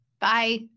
Bye